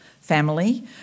family